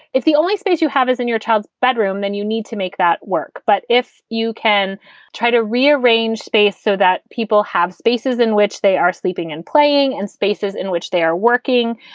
if the only space you have is in your child's bedroom, then you need to make that work. but if you can try to rearrange space so that people have spaces in which they are sleeping and playing and spaces in which they are working,